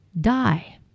die